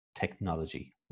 Technology